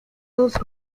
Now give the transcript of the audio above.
dos